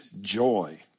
joy